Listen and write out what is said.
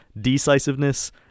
decisiveness